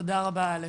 תודה רבה א'.